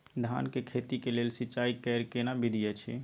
धान के खेती के लेल सिंचाई कैर केना विधी अछि?